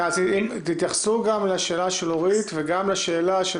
תתייחסו גם לשאלה של אורית וגם לשאלה של